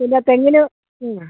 പിന്നെ തെങ്ങിന് എന്താ